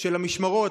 של המשמרות,